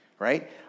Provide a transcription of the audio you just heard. Right